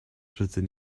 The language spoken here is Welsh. rydyn